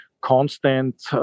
constant